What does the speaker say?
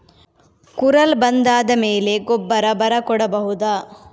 ಕುರಲ್ ಬಂದಾದ ಮೇಲೆ ಗೊಬ್ಬರ ಬರ ಕೊಡಬಹುದ?